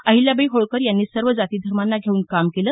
अहिल्याबाई होळकर यांनी सर्व जाती धर्माना घेऊन काम केलं